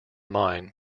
mine